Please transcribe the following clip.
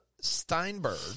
Steinberg